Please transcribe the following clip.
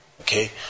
Okay